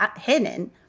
hidden